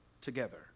together